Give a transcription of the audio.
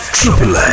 Triple